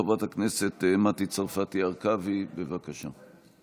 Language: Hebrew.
חברת הכנסת מטי צרפתי הרכבי, בבקשה.